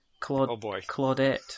Claudette